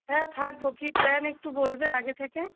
হ্যাঁ থাকবো কী প্ল্যান একটু বলবে আগে থেকে